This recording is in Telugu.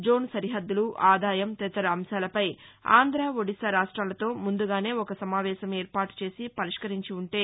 జోన్ సరిహద్దులు ఆదాయం తదితర అంశాలపై ఆంధా ఒడిషా రాష్టాలతో ముందుగానే ఒక సమావేశం ఏర్పాటుచేసి పరిష్కరించి ఉంటే